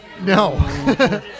No